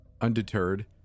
Undeterred